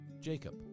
Jacob